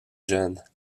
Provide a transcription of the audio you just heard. jeune